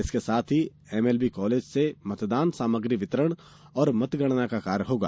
इसके साथ ही एमएलबी कॉलेज से मतदान सामग्री वितरण तथा मतगणना का कार्य होगा